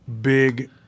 big